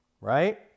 right